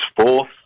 fourth